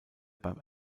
beim